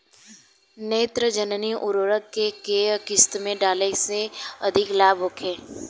नेत्रजनीय उर्वरक के केय किस्त में डाले से अधिक लाभ होखे?